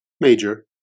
Major